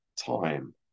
time